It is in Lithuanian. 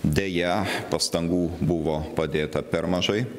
deja pastangų buvo padėta per mažai